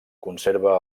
conserva